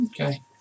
Okay